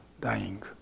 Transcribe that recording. dying